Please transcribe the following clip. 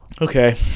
Okay